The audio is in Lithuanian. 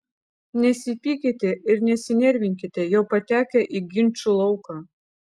nesipykite ir nesinervinkite jau patekę į ginčų lauką